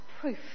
proof